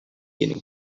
union